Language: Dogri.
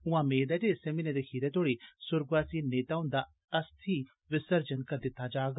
उआं मेद ऐ जे इस्सै म्हीने दे खीरै तोड़ी सुर्गवासी नेता हुन्दा अरिथ विसर्जन करी दित्ता जाग